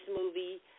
movie